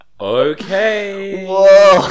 okay